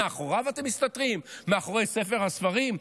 מאחוריו אתם מסתתרים, מאחורי ספר הספרים?